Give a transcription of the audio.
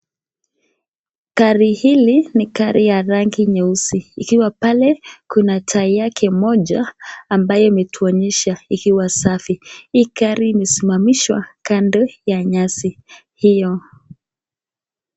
Gari hili ni gari ya rangi nyeusi. Ikiwa pale kuna taa yake moja ambaye ametuonyesha ikiwa safi. Hii gari imesimamishwa kando ya nyasi hiyo.